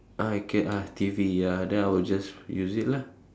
I can ah T_V ya then I will just use it lah